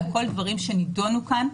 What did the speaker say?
אלה דברים שנדונו כאן